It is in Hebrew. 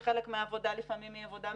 זה כסף שלכאורה אם הכול היה עובד,